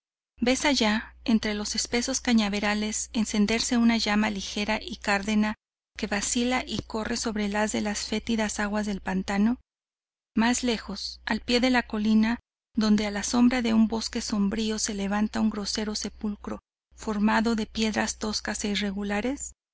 ves allá entre los espesos cañaverales encenderse una llama ligera y cárdena que vacila y corre sobre el haz de las fétidas aguas del pantano mas lejos al pie de la colina donde a la sombra de un bosque sombrío se levanta un grosero sepulcro formado de piedras tosca e irregulares